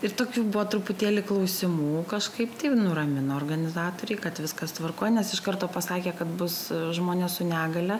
ir tokių buvo truputėlį klausimų kažkaip taip nuramino organizatoriai kad viskas tvarkoj nes iš karto pasakė kad bus žmonės su negalia